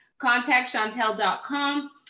Contactchantel.com